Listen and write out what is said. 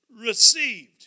received